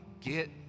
get